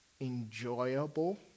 enjoyable